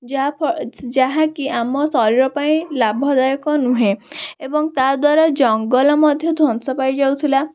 ଯାହାକି ଆମ ଶରୀର ପାଇଁ ଲାଭଦାୟକ ନୁହେଁ ଏବଂ ତାଦ୍ଵାରା ଜଙ୍ଗଲ ମଧ୍ୟ ଧ୍ଵଂସ ପାଇଯାଉଥିଲା